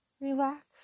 Relax